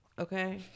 Okay